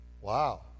Wow